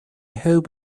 hope